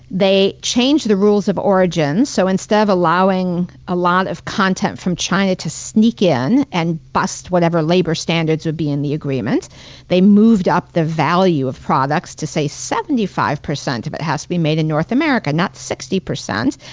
they changed the rules of origin. so instead of allowing a lot of content from china to sneak in and bust whatever labor standards would be in the agreement they moved up the value of products to say seventy five percent of it has to be made in north america, not sixty percent.